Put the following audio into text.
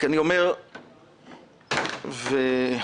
אני